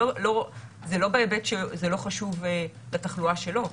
זה לא בהיבט שזה לא חשוב לתחלואה שלו.